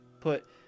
put